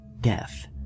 death